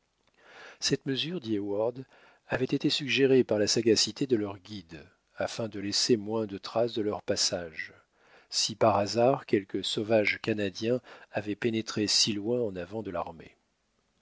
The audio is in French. cette mesure dit heyward avait été suggérée par la sagacité de leur guide afin de laisser moins de traces de leur passage si par hasard quelques sauvages canadiens avaient pénétré si loin en avant de l'armée